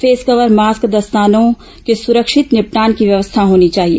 face cover mask दस्तानों के सुरक्षित निपटान की व्यवस्था होनी चाहिए